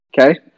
okay